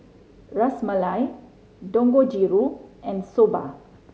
Ras Malai Dangojiru and Soba